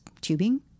tubing